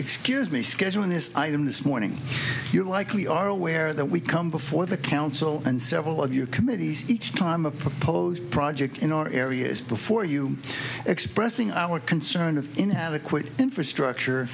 excuse me scheduling this item this morning you're likely are aware that we come before the council and several of you committees each time a proposed project in our areas before you expressing our concern of inadequate infrastructure